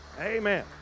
Amen